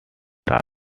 stars